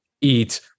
eat